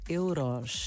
euros